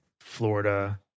florida